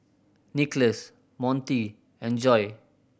Nicholas Monty and Joi